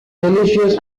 delicious